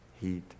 heat